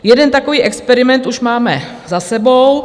Jeden takový experiment už máme za sebou.